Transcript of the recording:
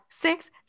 six